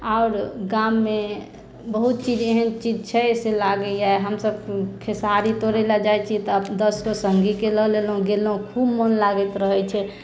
आओर गाम मे बहुत चीज एहेन चीज छै से लागैए हमसभ खेसारी तोड़ै ले जाइ छी तऽ दसगो सङ्गी के लऽ लेलहुॅं गेलहुॅं खूब मोन लागैत रहै छै